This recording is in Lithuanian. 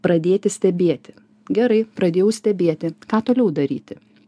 pradėti stebėti gerai pradėjau stebėti ką toliau daryti